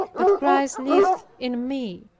but christ liveth in me.